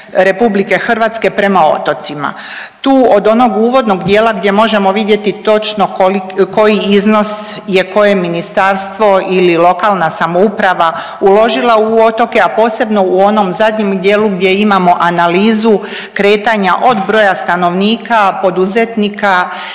Vlade RH prema otocima. Tu od onog uvodnog dijela gdje možemo vidjeti točno koji iznos je koje ministarstvo ili lokalna samouprava uložila u otoke, a posebno u onom zadnjem dijelu gdje imamo analizu kretanja od broja stanovnika, poduzetnika,